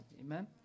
amen